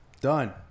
done